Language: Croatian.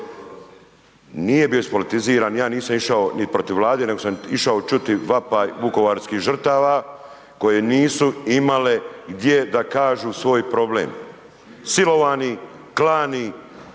nije bio ispolitiziran, ja nisam išao ni protiv Vlade, nego sam išao čuti vapaj vukovarskih žrtava koje nisu imale gdje da kažu svoj problem. Silovani, klani,